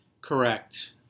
Correct